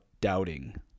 doubting